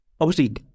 Obviously-